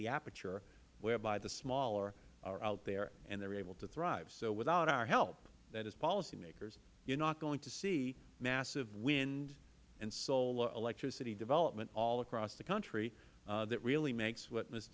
the aperture whereby the smaller are out there and they are able to thrive so without our help that as policymakers you are not going to see massive wind and solar electricity development across the country that really makes w